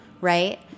right